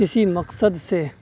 کسی مقصد سے